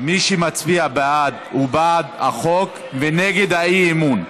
מי שמצביע בעד הוא בעד החוק ונגד האי-אמון,